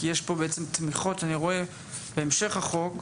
כי יש פה בעצם תמיכות שאני רואה בהמשך החוק,